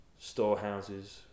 storehouses